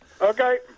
Okay